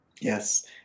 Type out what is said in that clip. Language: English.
Yes